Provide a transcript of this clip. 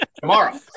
tomorrow